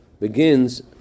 begins